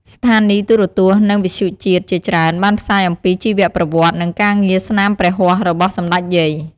ស្ថានីយទូរទស្សន៍ និងវិទ្យុជាតិជាច្រើនបានផ្សាយអំពីជីវប្រវត្តិ និងការងារស្នាមព្រះហស្ដរបស់សម្តេចយាយ។